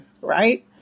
right